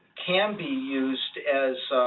can be used as